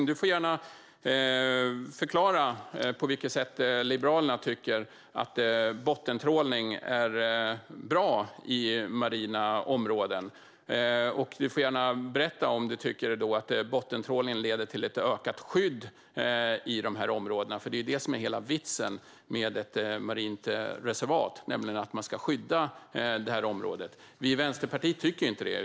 Du får gärna förklara på vilket sätt Liberalerna tycker att bottentrålning är bra i marina områden, Lars Tysklind. Du får gärna berätta om du tycker att bottentrålning leder till ett ökat skydd i dessa områden. Det är det som är hela vitsen med ett marint reservat, nämligen att man ska skydda detta område. Vi i Vänsterpartiet tycker inte det.